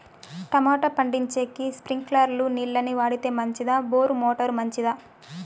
Tomato పండించేకి స్ప్రింక్లర్లు నీళ్ళ ని వాడితే మంచిదా బోరు మోటారు మంచిదా?